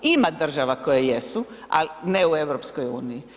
Ima država koja jesu, ali ne u EU.